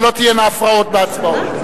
ולא תהיינה הפרעות בהצבעות.